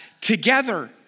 together